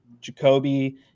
Jacoby